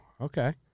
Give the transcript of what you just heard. Okay